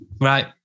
right